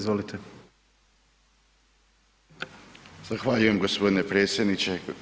Zahvaljujem gospodine predsjedniče.